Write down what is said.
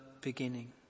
beginning